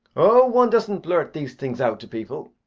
oh! one doesn't blurt these things out to people.